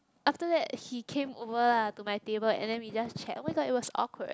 after that he came over lah to my table and then we just chat oh-my-god is was awkward